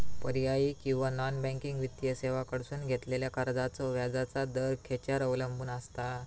पर्यायी किंवा non banking वित्तीय सेवांकडसून घेतलेल्या कर्जाचो व्याजाचा दर खेच्यार अवलंबून आसता?